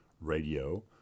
radio